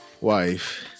wife